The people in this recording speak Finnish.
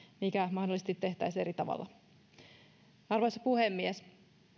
mikä mahdollisesti tehtäisiin eri tavalla arvoisa puhemies